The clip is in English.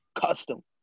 custom